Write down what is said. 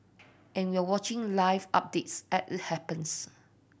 and we're watching live updates as it happens